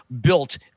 built